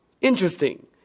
Interesting